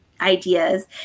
ideas